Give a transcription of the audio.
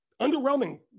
underwhelming